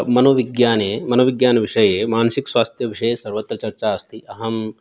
मनोविज्ञाने मनोविज्ञानविषये मानसिकस्वास्थ्यविषये सर्वत्र चर्चा अस्ति अहं